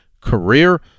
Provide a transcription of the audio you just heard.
career